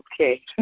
okay